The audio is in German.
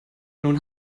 nun